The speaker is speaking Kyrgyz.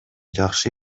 жакшы